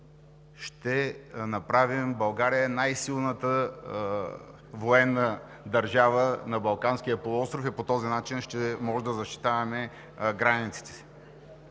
ще направим България най-силната военна държава на Балканския полуостров и по този начин ще можем да защитаваме границите си.